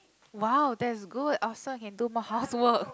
!wow! that's good awesome can do more housework